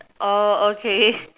okay